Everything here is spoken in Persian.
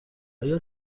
آیا